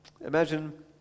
Imagine